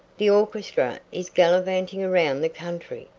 the orchestra is gallivanting around the country,